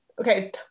okay